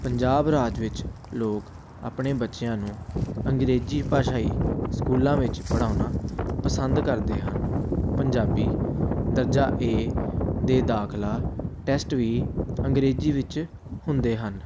ਪੰਜਾਬ ਰਾਜ ਵਿੱਚ ਲੋਕ ਆਪਣੇ ਬੱਚਿਆਂ ਨੂੰ ਅੰਗਰੇਜ਼ੀ ਭਾਸ਼ਾਈ ਸਕੂਲਾਂ ਵਿੱਚ ਪੜ੍ਹਾਉਣਾ ਪਸੰਦ ਕਰਦੇ ਹਨ ਪੰਜਾਬੀ ਦਰਜਾ ਏ ਦੇ ਦਾਖਲਾ ਟੈਸਟ ਵੀ ਅੰਗਰੇਜ਼ੀ ਵਿੱਚ ਹੁੰਦੇ ਹਨ